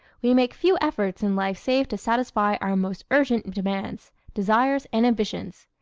we make few efforts in life save to satisfy our most urgent demands, desires, and ambitions.